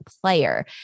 player